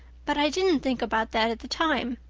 but i didn't think about that at the time.